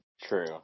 True